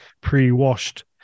pre-washed